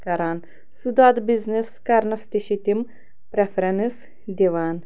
کَران سُہ دۄدٕ بِزنِس کَرنَس تہِ چھِ تِم پرٛٮ۪فرٮ۪نٕس دِوان